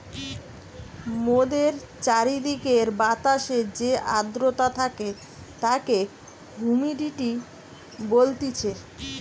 মোদের চারিদিকের বাতাসে যে আদ্রতা থাকে তাকে হুমিডিটি বলতিছে